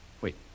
Wait